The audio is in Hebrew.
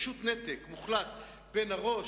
פשוט נתק מוחלט בין הראש,